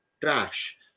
trash